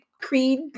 creed